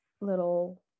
little